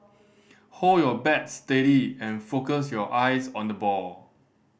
hold your bat steady and focus your eyes on the ball